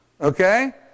Okay